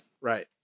Right